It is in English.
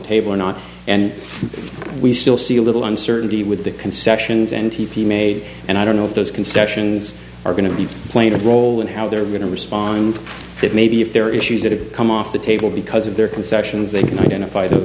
table or not and we still see a little uncertainty with the concessions n t p made and i don't know if those concessions are going to be playing a role in how they're going to respond that maybe if there are issues that have come off the table because of their concessions they can identify th